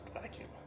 vacuum